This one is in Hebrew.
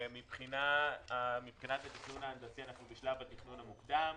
מבחינת התכנון ההנדסי אנחנו בשלב התכנון המוקדם.